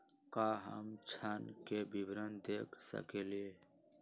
का हम ऋण के विवरण देख सकइले?